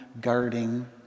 guarding